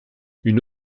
une